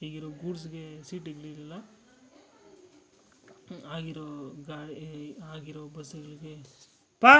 ಈಗಿರೋ ಗೂಡ್ಸ್ಗೆ ಸೀಟಗ್ಳು ಇಲ್ಲ ಆಗಿರೋ ಆಗಿರೋ ಬಸ್ಸುಗಳಿಗೆ ಪಾ